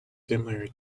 similar